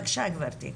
בקשה, גבירתי.